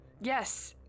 Yes